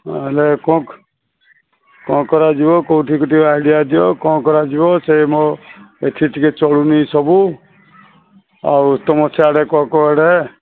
ହେଲେ କ'ଣ କ'ଣ କରାଯିବ କୋଉଠି ଟିକେ ଆଇଡିଆ ଦିଅ କ'ଣ କରାଯିବ ସେ ମୋ ଏଠି ଟିକେ ଚଳୁନି ସବୁ ଆଉ ତୁମ ସିଆଡ଼େ କ'ଣ କୁଆଡ଼େ